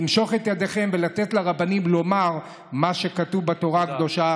למשוך את ידיכם ולתת לרבנים לומר מה שכתוב בתורה הקדושה,